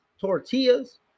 Tortillas